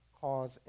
cause